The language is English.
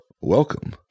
Welcome